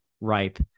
Ripe